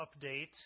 update